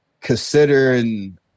considering